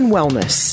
Wellness